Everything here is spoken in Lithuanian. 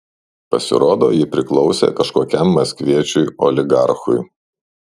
pasirodo ji priklausė kažkokiam maskviečiui oligarchui